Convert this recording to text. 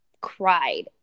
cried